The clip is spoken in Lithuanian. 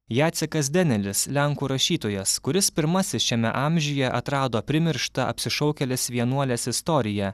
jacekas denelis lenkų rašytojas kuris pirmasis šiame amžiuje atrado primirštą apsišaukėlės vienuolės istoriją